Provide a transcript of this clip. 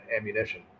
ammunition